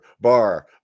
Bar